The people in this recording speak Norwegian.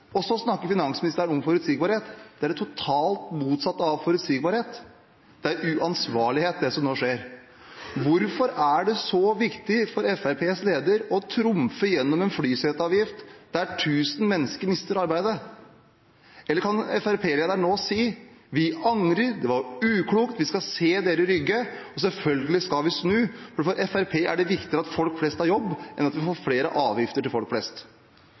Og så snakker finansministeren om forutsigbarhet. Det er det totalt motsatte av forutsigbarhet; det er uansvarlighet, det som nå skjer. Hvorfor er det så viktig for Fremskrittspartiets leder å trumfe igjennom en flyseteavgift når 1 000 mennesker mister arbeidet? Eller kan Fremskrittsparti-lederen nå si: Vi angrer, det var uklokt, vi skal se dere i Rygge i øynene, og selvfølgelig skal vi snu, for for Fremskrittspartiet er det viktigere at folk flest har jobb, enn at vi får flere avgifter til folk flest.